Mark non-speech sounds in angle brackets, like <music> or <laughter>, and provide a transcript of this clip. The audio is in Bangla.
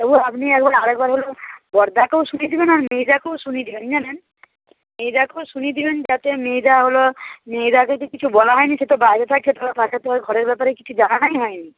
তবু আপনি একবার আরেকবার <unintelligible> বড়দাকেও শুনিয়ে দেবেন আর মেজদাকেও শুনিয়ে দেবেন জানেন মেজদাকেও শুনিয়ে দেবেন যাতে মেজদা হলো মেজদাকে তো কিছু বলা হয়নি সে তো বাইরে থাকে <unintelligible> তাকে তো আর ঘরের ব্যাপারে কিছু জানানোই হয়নি